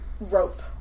rope